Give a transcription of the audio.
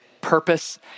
purpose